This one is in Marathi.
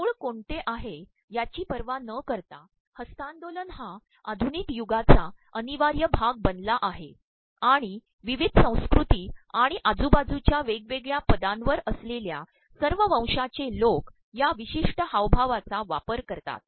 मूळ कोणते आहे याची पवाय न करता हस्त्तांदोलन हा आधतुनक युगाचा अतनवायय भाग बनला आहेआणण प्रवप्रवध संस्त्कृती आणण आजूबाजूच्या वेगवेगळ्या पदांवर असलेल्या सवय वंशांचेलोक या प्रवमशष्ि हावभावाचा वापर करतात